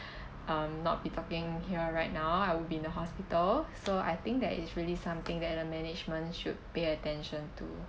um not be talking here right now I would be in the hospital so I think that it's really something that the management should pay attention to